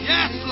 Yes